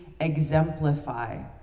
exemplify